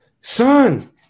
Son